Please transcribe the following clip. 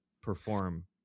perform